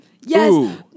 Yes